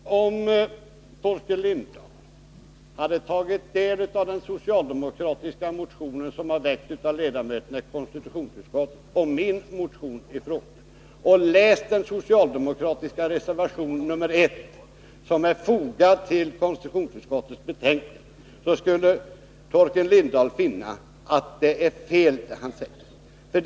Herr talman! Om Torkel Lindahl tar del av den motion som väckts av de socialdemokratiska ledamöterna i konstitionsutskottet samt min motion i frågan och läser den socialdemokratiska reservationen 1, som är fogad till konstitutionsutskottets betänkande, skall Torkel Lindahl finna att det han säger är fel.